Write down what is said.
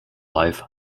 life